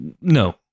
No